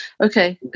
Okay